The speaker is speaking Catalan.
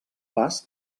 pas